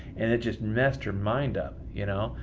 and it just messed her mind up. you know,